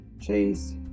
Chase